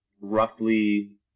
roughly